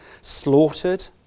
Slaughtered